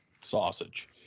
sausage